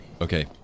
Okay